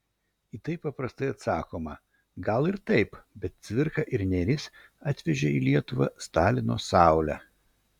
į tai paprastai atsakoma gal ir taip bet cvirka ir nėris atvežė į lietuvą stalino saulę